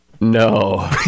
No